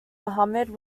muhammed